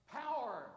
power